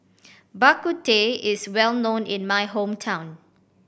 Bak Kut Teh is well known in my hometown